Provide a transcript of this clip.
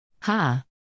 Ha